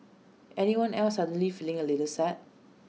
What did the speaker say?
anyone else suddenly feeling A little sad